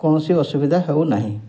କୌଣସି ଅସୁବିଧା ହେଉ ନାହିଁ